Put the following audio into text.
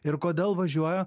ir kodėl važiuoja